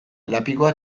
lapikoa